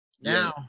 Now